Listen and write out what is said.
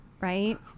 right